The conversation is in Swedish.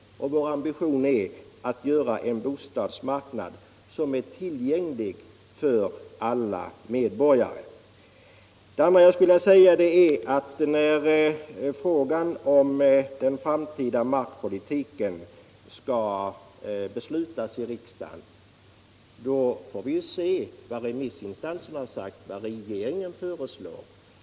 Vår ambition är att göra en bostadsmarknad som är tillgänglig för alla medborgare. Vidare skulle jag vilja säga: När beslut i frågan om den framtida markpolitiken skall fattas i riksdagen får vi se vad remissinstanserna sagt och vad regeringen föreslår.